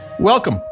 Welcome